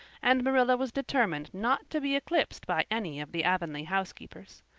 and marilla was determined not to be eclipsed by any of the avonlea housekeepers.